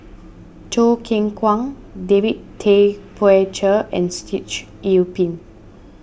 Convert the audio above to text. Choo Keng Kwang David Tay Poey Cher and Sitoh Yih Pin